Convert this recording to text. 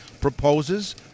proposes